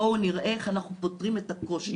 בואו נראה, איך אנחנו פותרים את הקושי.